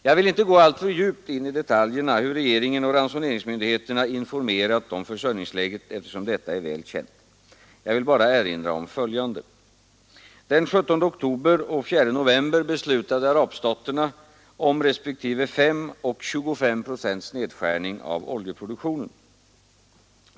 Jag skall inte gå alltför djupt i detaljerna i fråga om hur regeringen och ransoneringsmyndigheterna informerat om försörjningsläget, eftersom detta är väl känt. Jag vill bara erinra om följande. Den 17 oktober och 4 november beslutade arabstaterna om respektive 5 och 25 procents nedskärning av oljeproduktionen.